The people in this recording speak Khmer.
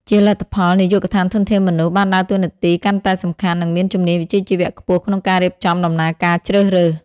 ជាលទ្ធផល នាយកដ្ឋានធនធានមនុស្ស បានដើរតួនាទីកាន់តែសំខាន់ និងមានជំនាញវិជ្ជាជីវៈខ្ពស់ក្នុងការរៀបចំដំណើរការជ្រើសរើស។